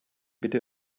bitte